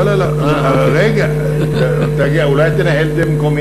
אני בכלל, לא לא לא, רגע, אולי תנהל את זה במקומי?